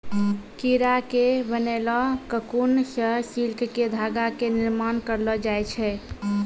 कीड़ा के बनैलो ककून सॅ सिल्क के धागा के निर्माण करलो जाय छै